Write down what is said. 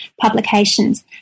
publications